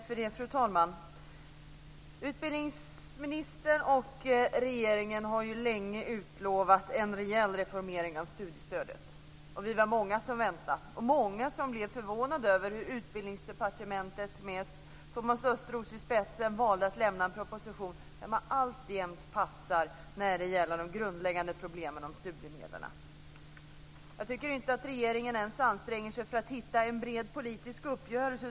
Fru talman! Utbildningsministern och regeringen har länge utlovat en rejäl reformering av studiestödet. Vi var många som väntade, och många som blev förvånade över hur Utbildningsdepartementet med Thomas Östros i spetsen valde att lämna en proposition där man alltjämt passar när det gäller de grundläggande problemen om studiemedlen. Jag tycker inte att regeringen ens anstränger sig för att hitta en bred politisk uppgörelse.